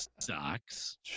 sucks